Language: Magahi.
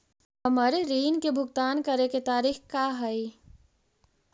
हमर ऋण के भुगतान करे के तारीख का हई?